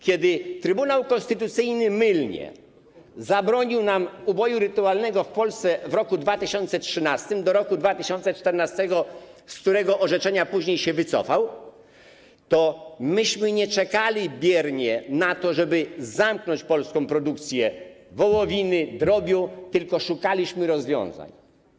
Kiedy Trybunał Konstytucyjny mylnie zabronił nam uboju rytualnego w Polsce w roku 2013 do roku 2014, z tego orzeczenia później się wycofał, to my nie czekaliśmy biernie na to, żeby zamknąć polską produkcję wołowiny, drobiu, tylko szukaliśmy rozwiązań.